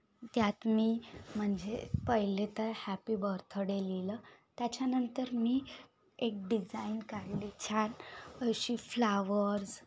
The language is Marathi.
त्यात मी म्हणजे पहिले तर हॅपी बर्थडे लिहिलं त्याच्यानंतर मी एक डिझाईन काढली छान अशी फ्लावर्स